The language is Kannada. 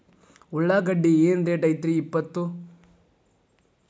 ಉಳ್ಳಾಗಡ್ಡಿ ಏನ್ ರೇಟ್ ಐತ್ರೇ ಇಪ್ಪತ್ತು?